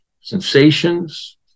sensations